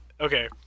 Okay